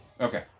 Okay